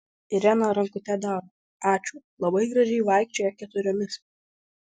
irena rankute daro ačiū labai gražiai vaikščioja keturiomis